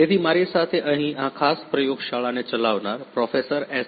તેથી મારી સાથે અહીં આ ખાસ પ્રયોગશાળાને ચલાવનાર પ્રોફેસર એસ